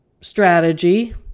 strategy